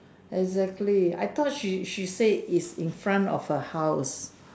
exactly I thought she she said is in front of her house